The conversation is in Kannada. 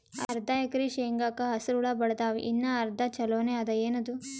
ಅರ್ಧ ಎಕರಿ ಶೇಂಗಾಕ ಹಸರ ಹುಳ ಬಡದಾವ, ಇನ್ನಾ ಅರ್ಧ ಛೊಲೋನೆ ಅದ, ಏನದು?